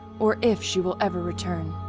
or if, she will ever return.